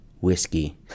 whiskey